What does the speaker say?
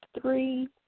three